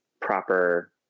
proper